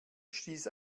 stieß